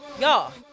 y'all